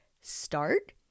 start